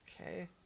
Okay